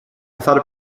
thought